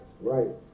Right